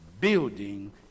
building